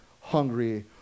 hungry